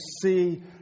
see